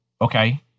Okay